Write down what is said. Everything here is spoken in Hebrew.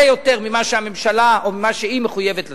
יותר ממה שהממשלה או ממה שהיא מחויבות לתת.